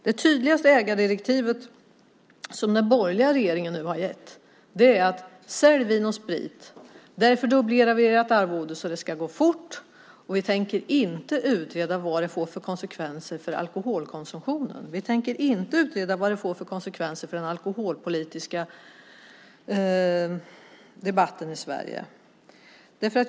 Det tydligaste ägardirektiv som den borgerliga regeringen gett är: Sälj Vin & Sprit. Vi dubblerar ert arvode så att det ska gå fort. Vi tänker inte utreda vilka konsekvenser det får för alkoholkonsumtionen. Vi tänker heller inte utreda vilka konsekvenser det får för den alkoholpolitiska debatten i Sverige.